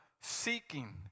seeking